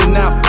now